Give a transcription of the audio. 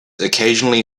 occasionally